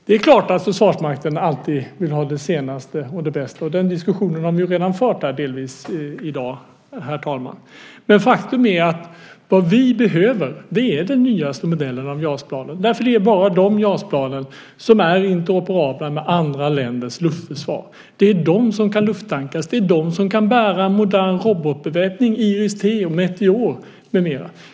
Det är klart att Försvarsmakten alltid vill ha det senaste och bästa, och den diskussionen har vi redan fört här i dag. Men faktum är att vad vi behöver är den nyaste modellen av JAS-planen. Det är bara de JAS-planen som är interoperabla med andra länders luftförsvar. Det är de som kan lufttankas, det är de som kan bära en modern robotbeväpning, med mera.